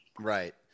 Right